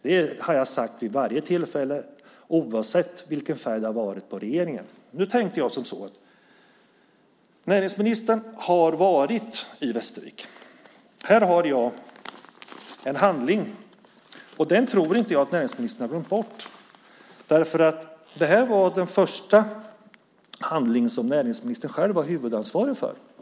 Det har jag sagt så fort jag fått tillfälle - oavsett vilken färg det har varit på regeringen. Näringsministern har varit i Västervik. Här har jag en handling. Jag tror inte att näringsministern har glömt den. Det är den första handling som näringsministern själv var huvudansvarig för.